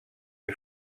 lui